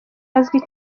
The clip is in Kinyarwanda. azwi